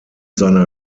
seiner